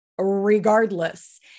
regardless